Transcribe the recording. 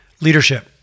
Leadership